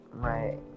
Right